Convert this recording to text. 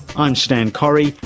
i'm stan correy,